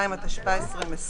2), התשפ"א-2020: